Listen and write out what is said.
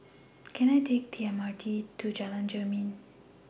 Can I Take The M R T to Jalan Jermin